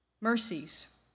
mercies